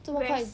这么快